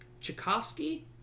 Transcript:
tchaikovsky